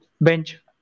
bench